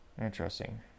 Interesting